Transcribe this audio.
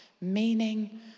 meaning